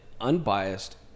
unbiased